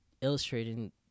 illustrating